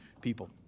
people